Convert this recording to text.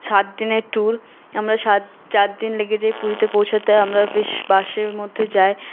সাত দিনের ট্যুর আমরা সাত চারদিন লেগে যায় পুরীতে পৌঁছাতে আমরা বেশ বাসের মধ্যে যাই